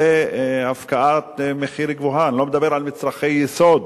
זו הפקעת מחיר גבוהה, ואני לא מדבר על מצרכי יסוד,